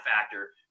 factor